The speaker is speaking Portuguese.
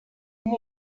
como